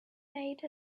made